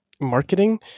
marketing